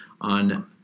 on